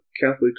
Catholics